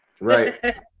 Right